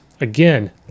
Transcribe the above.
again